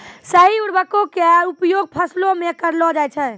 सही उर्वरको क उपयोग फसलो म करलो जाय छै